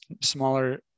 smaller